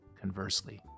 conversely